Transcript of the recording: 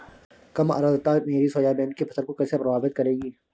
कम आर्द्रता मेरी सोयाबीन की फसल को कैसे प्रभावित करेगी?